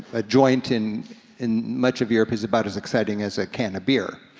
a joint in in much of europe is about as exciting as a can of beer.